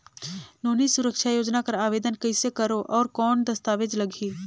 नोनी सुरक्षा योजना कर आवेदन कइसे करो? और कौन दस्तावेज लगही?